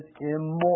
immoral